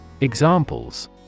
Examples